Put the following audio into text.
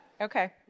Okay